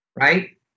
Right